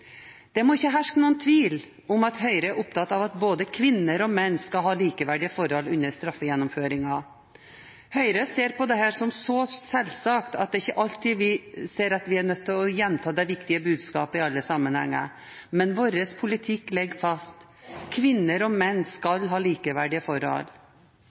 Det må ikke herske noen tvil om at Høyre er opptatt av at kvinner og menn skal ha likeverdige forhold under straffegjennomføringen. Høyre ser på dette som så selvsagt at vi ikke alltid ser oss nødt til å gjenta det viktige budskapet i alle sammenhenger, men vår politikk ligger fast: Kvinner og menn skal ha likeverdige forhold.